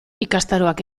ikastaroak